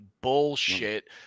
bullshit